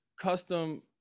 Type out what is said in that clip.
custom